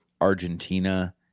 Argentina